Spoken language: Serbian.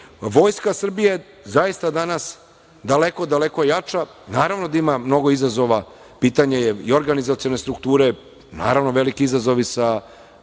Srbije zaista je danas daleko, daleko jača, naravno da ima mnogo izazova, pitanje je organizacione strukture, naravno veliki izazovi sa